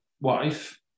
wife